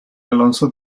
alonso